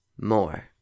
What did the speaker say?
more